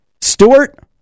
Stewart